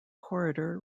corridor